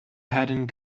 hadn’t